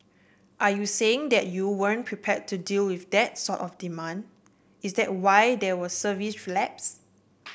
are you saying that you weren't prepare to deal with that sort of demand is there why there were service lapses